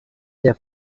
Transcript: their